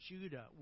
Judah